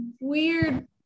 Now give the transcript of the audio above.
weird